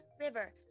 river